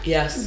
Yes